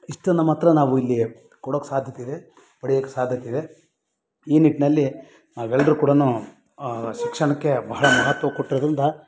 ಇಷ್ಟನ್ನು ಮಾತ್ರ ನಾವು ಇಲ್ಲಿ ಕೊಡೋಕ್ಕೆ ಸಾಧ್ಯತೆಯಿದೆ ಪಡಿಯಕ್ಕೆ ಸಾಧ್ಯತೆ ಇದೆ ಈ ನಿಟ್ಟಿನಲ್ಲಿ ನಾವೆಲ್ರೂ ಕೂಡ ಶಿಕ್ಷಣಕ್ಕೆ ಬಹಳ ಮಹತ್ವ ಕೊಟ್ಟಿದ್ದರಿಂದ